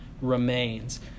remains